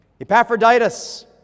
Epaphroditus